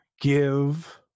give